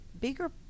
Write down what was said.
bigger